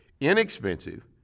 inexpensive